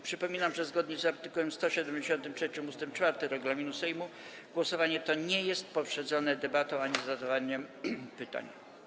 Przypominam, że zgodnie z art. 173 ust. 4 regulaminu Sejmu głosowanie to nie jest poprzedzone debatą ani zadawaniem pytań.